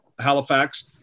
Halifax